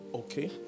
okay